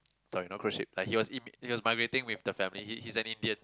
sorry not cruise ship like he was in he was migrating with the family he he's an Indian